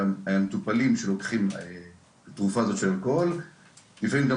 והמטופלים שלוקחים תרופה של אלכוהול לפעמים גם